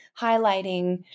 highlighting –